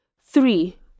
Three